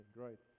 great